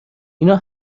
اینا